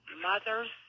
mother's